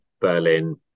Berlin